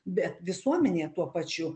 bet visuomenė tuo pačiu